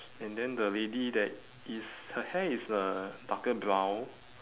and then the lady that is her hair is uh darker brown